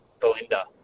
Belinda